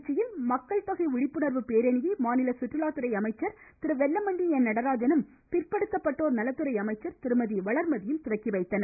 திருச்சியில் மக்கள் தொகை விழிப்புணர்வு பேரணியை மாநில சுற்றுலாத்துறை அமைச்சர் திரு வெல்லமண்டி என் நடராஜனும் பிற்படுத்தப்பட்டோர் நலத்துறை அமைச்சர் திருமதி வளர்மதியும் துவக்கிவைத்தனர்